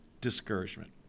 discouragement